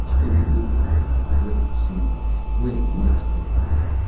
they were moving in a great silence, gray mist everywhere.